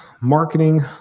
Marketing